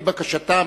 על-פי בקשתם,